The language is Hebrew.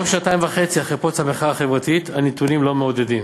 גם שנתיים וחצי אחרי פרוץ המחאה החברתית הנתונים לא מעודדים.